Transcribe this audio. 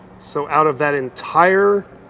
so out of that entire